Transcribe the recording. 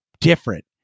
different